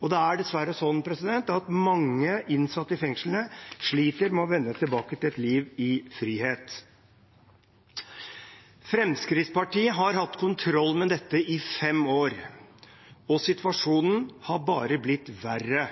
og det er dessverre sånn at mange innsatte i fengslene sliter med å vende tilbake til et liv i frihet. Fremskrittspartiet har hatt kontroll med dette i fem år, og situasjonen har bare blitt verre.